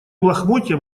лохмотьям